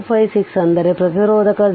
256 ಅಂದರೆ ಪ್ರತಿರೋಧಕ 0